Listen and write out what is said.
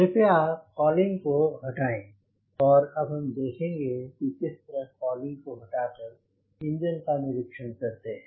कृपया कॉलिंग को हटाएँ और अब हम देखेंगे किस तरह कॉलिंग को हटाकर इंजन का निरीक्षण करते हैं